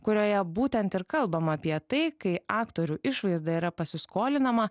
kurioje būtent ir kalbama apie tai kai aktorių išvaizda yra pasiskolinama